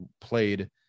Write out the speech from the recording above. played